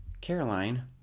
Caroline